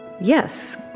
Yes